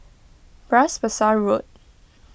Bras Basah Road